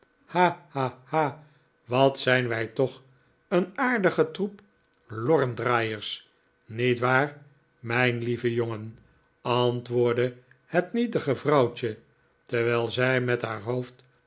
wat zijn wij toch een aardige troep lorrendraaiers niet waar mijn lieve jongen antwoordde het nietige vrouwtje terwijl zij met haar hoofd